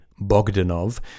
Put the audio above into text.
Bogdanov